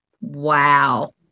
Wow